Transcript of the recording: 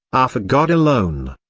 are for god alone,